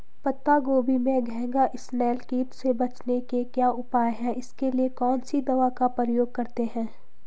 पत्ता गोभी में घैंघा इसनैल कीट से बचने के क्या उपाय हैं इसके लिए कौन सी दवा का प्रयोग करते हैं?